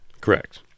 correct